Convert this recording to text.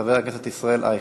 חבר הכנסת ישראל אייכלר,